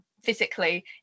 physically